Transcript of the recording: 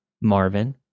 Marvin